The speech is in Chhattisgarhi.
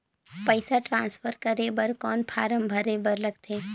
पईसा ट्रांसफर करे बर कौन फारम भरे बर लगथे?